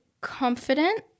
confident